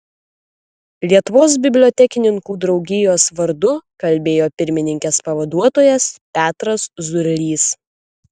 lietuvos bibliotekininkų draugijos vardu kalbėjo pirmininkės pavaduotojas petras zurlys